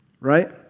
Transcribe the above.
Right